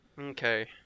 okay